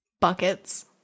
Buckets